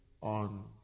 on